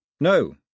No